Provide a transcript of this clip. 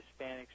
Hispanics